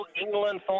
England